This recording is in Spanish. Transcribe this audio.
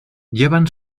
llevan